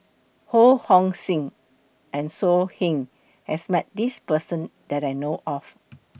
Ho Hong Sing and So Heng has Met This Person that I know of